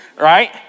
Right